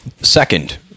Second